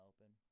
open